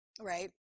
right